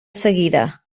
seguida